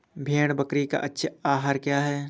भेड़ बकरी का अच्छा आहार क्या है?